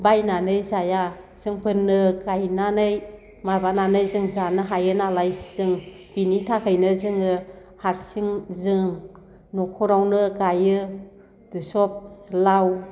बायनानै जाया जोंफोरनो गायनानै माबानानै जों जानो हायोनालाय जों बिनि थाखायनो जोङो हारसिं जों न'खरावनो गायो सब लाव